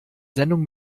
sendung